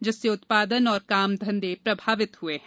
जिससे उत्पादन और काम घंधे प्रभावित हुए हैं